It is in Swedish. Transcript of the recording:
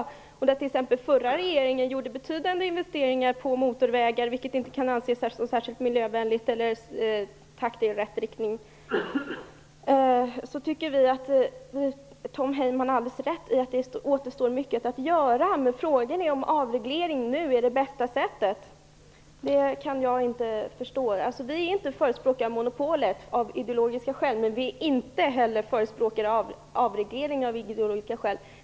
Den föregående regeringen gjorde betydande investeringar i motorvägar, vilket inte kan anses särskilt miljövänligt eller gå i rätt riktning. Tom Heyman har rätt i att det återstår mycket att göra, men jag kan inte förstå att avreglering nu är det bästa sättet. Vi förespråkar inte monopol av ideologiska skäl, men vi förespråkar inte heller avregleringar av ideologiska skäl.